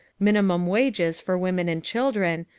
minimum wages for women and children,